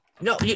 no